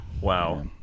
wow